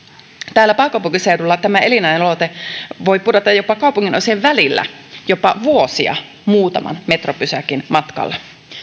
täällä pääkaupunkiseudulla elinajanodote voi pudota kaupunginosien välillä jopa vuosia muutaman metropysäkin matkalla